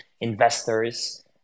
investors